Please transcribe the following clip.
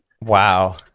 Wow